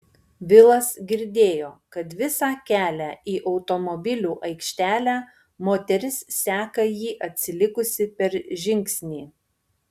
vilas girdėjo kad visą kelią į automobilių aikštelę moteris seka jį atsilikusi per žingsnį